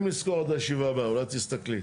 אם נזכור עד הישיבה הבאה, אולי תסתכלי.